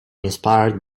inspired